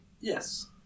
Yes